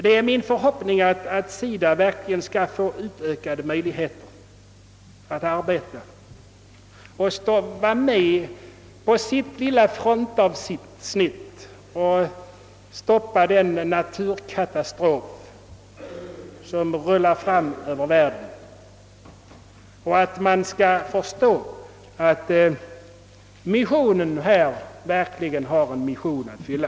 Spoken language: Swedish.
Det är min förhoppning att SIDA verk ligen skall få ökade möjligheter att arbeta och ökade resurser att använda på sitt lilla frontavsnitt så att denna naturkatastrof som nu rullar fram över världen skall kunna stoppas. Jag. hoppas att man skall förstå att missionen här verkligen har en mission att fylla.